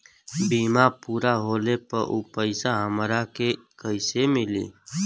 बीमा पूरा होले पर उ पैसा हमरा के कईसे मिली?